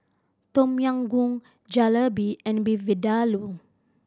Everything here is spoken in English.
Tom Yam Goong Jalebi and Beef Vindaloo